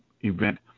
event